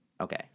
Okay